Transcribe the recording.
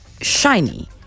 shiny